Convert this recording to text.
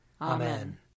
Amen